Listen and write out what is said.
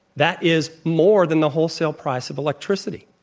that is more than the wholesale price of electricity.